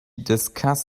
discuss